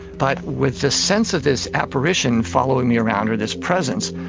but with the sense of this apparition following me around or this presence,